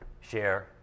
share